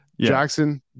Jackson